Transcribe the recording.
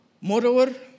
Moreover